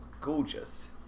gorgeous